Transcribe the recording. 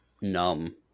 numb